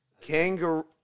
kangaroo